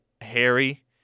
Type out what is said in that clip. Harry